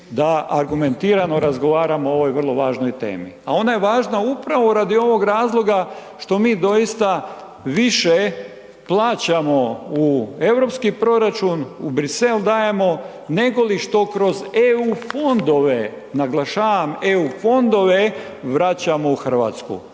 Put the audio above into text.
da argumentiramo razgovaramo o ovoj vrlo važnoj temi. A ona je važna upravo radi ovog razloga što mi doista više plaćamo u europski proračun, u Bruxelles dajemo, nego li što kroz EU fondove, naglašavam, EU fondove vraćamo u Hrvatsku.